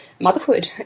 motherhood